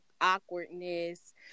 awkwardness